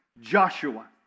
Joshua